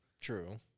True